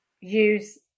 use